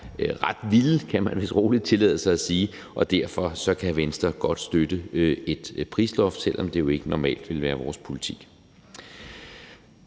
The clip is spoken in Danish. ret vilde, kan man vist roligt tillade sig at sige, og derfor kan Venstre godt støtte et prisloft, selv om det jo ikke normalt ville være vores politik.